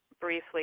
Briefly